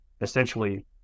essentially